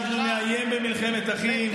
אם אנחנו נאיים במלחמת אחים,